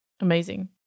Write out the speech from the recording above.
amazing